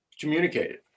communicated